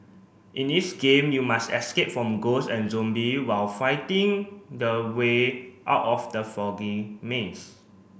in this game you must escape from ghost and zombie while finding the way out of the foggy maze